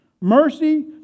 Mercy